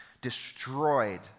destroyed